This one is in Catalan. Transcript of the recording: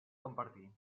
compartir